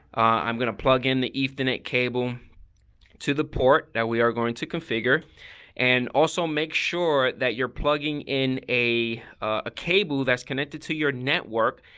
i'm going to plug in the ethernet cable to the port. now we are going to configure and also make sure that you're plugging in a ah cable that's connected to your network.